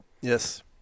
Yes